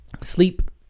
sleep